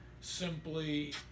simply